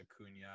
Acuna